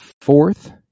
fourth